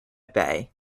bay